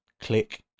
click